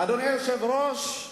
אדוני היושב-ראש,